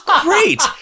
great